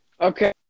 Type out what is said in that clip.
Okay